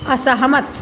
असहमत